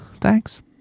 Thanks